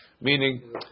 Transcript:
Meaning